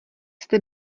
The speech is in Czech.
jste